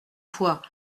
fois